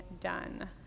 done